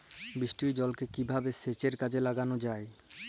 বৃষ্টির জলকে কিভাবে সেচের কাজে লাগানো যায়?